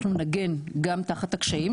אנחנו נגן גם תחת הקשיים.